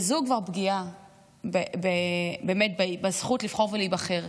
וזו כבר פגיעה בזכות לבחור ולהיבחר,